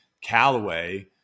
Callaway